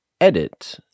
edit